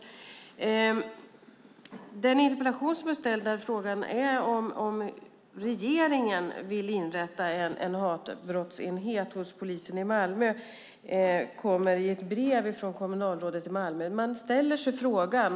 Frågan i interpellationen är om regeringen vill inrätta en hatbrottsenhet hos polisen i Malmö, och den kom ursprungligen i brev från kommunalrådet i Malmö.